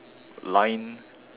line